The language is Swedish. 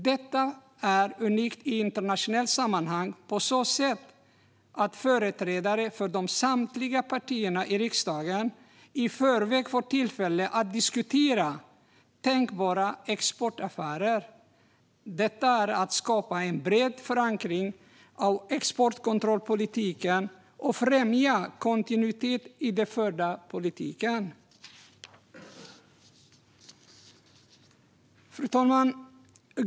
Detta är unikt i internationella sammanhang på så sätt att företrädare för samtliga partier i riksdagen i förväg får tillfälle att diskutera tänkbara exportaffärer. Det skapar en bred förankring av exportkontrollpolitiken och främjar kontinuitet i den förda politiken. Fru talman!